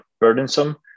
burdensome